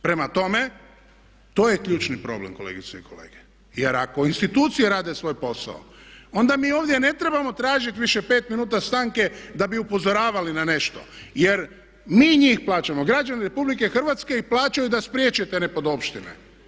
Prema tome, to je ključni problem kolegice i kolege. jer ako institucije rade svoj posao onda mi ovdje ne trebamo tražiti više 5 minut stanke da bi upozoravali na nešto jer mi njih plaćamo, građani RH ih plaćaju da spriječe te nepodopštine.